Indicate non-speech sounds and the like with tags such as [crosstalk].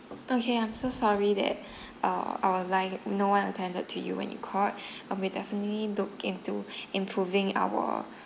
okay I'm so sorry that [breath] uh our line no one attended to you when you called [breath] I'll be definitely look into [breath] improving our